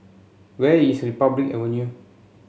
where is Republic Avenue